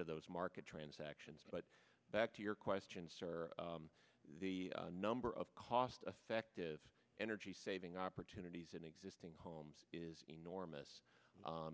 of those market transactions but back to your question sir the number of cost effective energy saving opportunities in existing homes is enormous